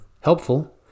helpful